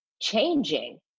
changing